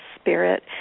spirit